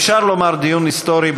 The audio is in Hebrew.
אפשר לומר: דיון היסטורי,